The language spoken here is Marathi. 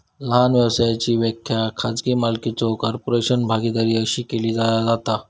लहान व्यवसायाची व्याख्या खाजगी मालकीचो कॉर्पोरेशन, भागीदारी अशी केली जाता